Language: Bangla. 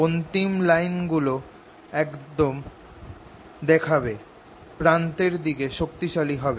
অন্তিম লাইনগুলো এরকম দেখাবে প্রান্তের দিকে শক্তিশালী হবে